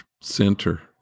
center